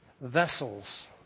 vessels